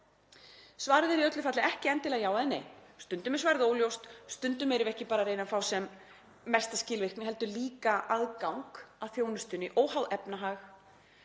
Svarið er í öllu falli ekki endilega já eða nei. Stundum er svarið óljóst. Stundum erum við ekki bara að reyna að fá sem mesta skilvirkni heldur líka aðgang að þjónustunni óháð efnahag.